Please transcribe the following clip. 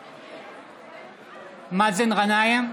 בעד מאזן גנאים,